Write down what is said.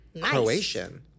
Croatian